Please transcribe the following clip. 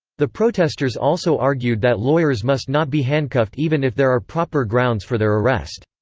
the protesters also argued that lawyers must not be handcuffed even if there are proper grounds for their arrest.